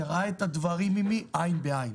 שראה את הדברים עמי עין בעין.